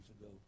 ago